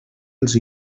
els